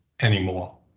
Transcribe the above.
anymore